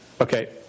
Okay